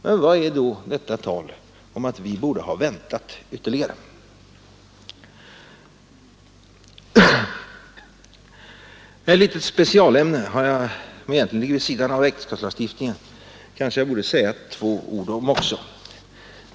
Men vad betyder då detta tal om att vi borde ha väntat ytterligare? Ett litet specialämne, som egentligen ligger vid sidan av äktenskapslagstiftningen, kanske jag borde säga några ord om.